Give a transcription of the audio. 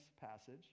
passage